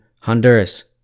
Honduras